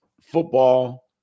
football